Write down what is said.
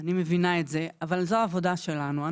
אני מבינה את זה אבל זו העבודה שלנו.